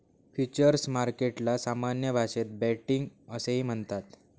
futures मार्केटला सामान्य भाषेत बेटिंग असेही म्हणतात